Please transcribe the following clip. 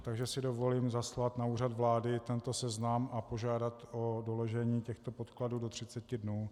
Takže si dovolím zaslat na Úřad vlády tento seznam a požádat o doložení těchto podkladů do třiceti dnů.